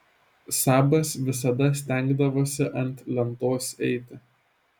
sabas visada stengdavosi ant lentos eiti